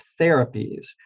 therapies